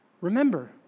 Remember